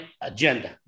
agenda